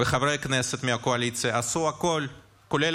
וחברי הכנסת מהקואליציה עשו הכול כולל